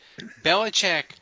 Belichick